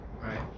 Right